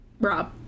Rob